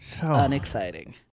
Unexciting